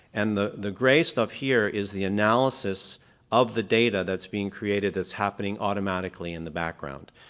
and the the grey stuff here is the analysis of the data that's being created as happening automatically in the background.